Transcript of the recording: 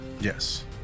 Yes